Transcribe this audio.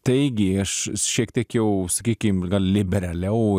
taigi aš šiek tiek jau sakykim gal liberaliau